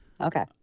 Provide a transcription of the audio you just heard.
Okay